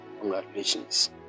congratulations